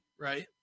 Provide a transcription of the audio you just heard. right